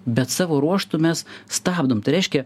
bet savo ruožtu mes stabdom tai reiškia